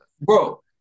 Bro